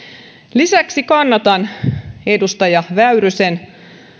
lisäksi kannatan edustaja väyrysen